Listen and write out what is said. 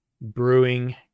brewing